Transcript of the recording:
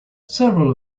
several